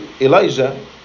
Elijah